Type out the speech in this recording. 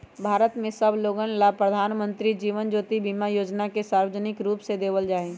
भारत के सब लोगन ला प्रधानमंत्री जीवन ज्योति बीमा योजना के सार्वजनिक रूप से देवल जाहई